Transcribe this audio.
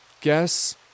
Guess